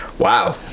Wow